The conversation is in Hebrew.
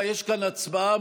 גם של קבוצת סיעת